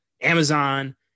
Amazon